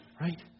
right